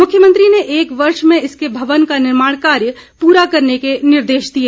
मुख्यमंत्री ने एक वर्ष में इसके भवन का निर्माण कार्य पूरा करने के निर्देश दिए